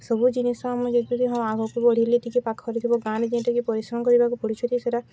ସବୁ ଜିନିଷ ଆମେ ଯଦି ବି ହଁ ଆଗକୁ ବଢ଼ିଲେ ଟିକିଏ ପାଖରେ ଥିବ ଗାଁରେ ଯେଉଁ ଟିକିଏ ପରିଶ୍ରମ କରିବାକୁ ପଡ଼ୁଛି ସେଇଟା